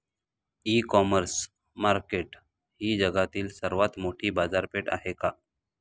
इ commerce market ही जगातील सर्वात मोठी बाजारपेठ आहे का?